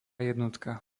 jednotka